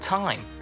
time